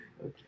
okay